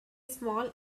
small